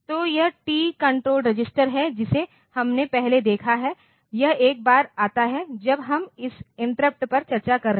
तो यह TCON register है जिसे हमने पहले देखा है यह एक बार आता है जब हम इस इंटरप्ट पर चर्चा कर रहे हैं